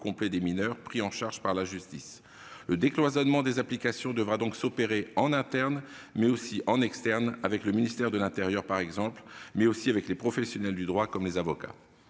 complet des mineurs pris en charge par la justice. Le décloisonnement des applications devra donc s'opérer en interne, mais aussi en externe, avec le ministère de l'intérieur par exemple, ainsi qu'avec les professionnels du droit, comme les avocats.